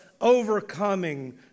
overcoming